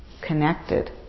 connected